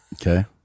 Okay